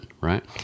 right